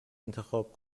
انتخاب